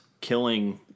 killing